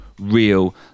real